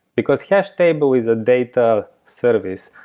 because hash table is a data service.